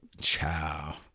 Ciao